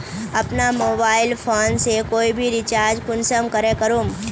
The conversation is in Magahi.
अपना मोबाईल फोन से कोई भी रिचार्ज कुंसम करे करूम?